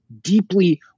deeply